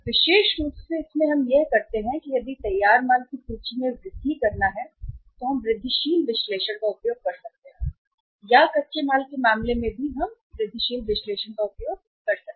विशेष रूप से हम इसमें करते हैं यदि आप तैयार माल की सूची में वृद्धि करना चाहते हैं तो माल समाप्त होने की बात कहना माल तो हम वृद्धिशील विश्लेषण का उपयोग कर सकते हैं या कच्चे माल के मामले में भी हम कर सकते हैं वृद्धिशील विश्लेषण का उपयोग करें